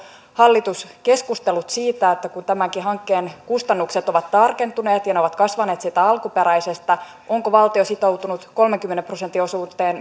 hallitus keskustellut siitä että kun tämänkin hankkeen kustannukset ovat tarkentuneet ja ne ovat kasvaneet siitä alkuperäisestä niin onko valtio sitoutunut kolmenkymmenen prosentin osuuteen